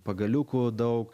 pagaliukų daug